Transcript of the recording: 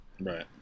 Right